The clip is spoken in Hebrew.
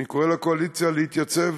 ואני קורא לקואליציה להתייצב.